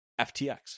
FTX